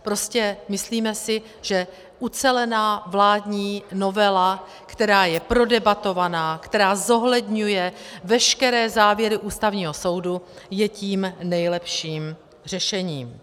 Prostě si myslíme, že ucelená vládní novela, která je prodebatovaná, která zohledňuje veškeré závěry Ústavního soudu, je tím nejlepším řešením.